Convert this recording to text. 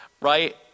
right